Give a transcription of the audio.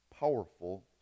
powerful